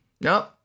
No